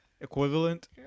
equivalent